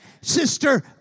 Sister